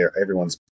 everyone's